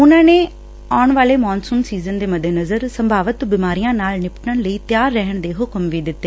ਉਨੂਂ ਨੇ ਆਣ ਵਾਲੇ ਮਾਨਸੁਨ ਸੀਜ਼ਨ ਦੇ ਮੱਦੇਨਜ਼ਰ ਸੰਭਾਵਤ ਬਿਮਾਰੀਆਂ ਨਾਲ ਨਿਪਟਣ ਲਈ ਤਿਆਰ ਰਹਿਣ ਦੇ ਹੁਕਮ ਵੀ ਦਿੱਤੇ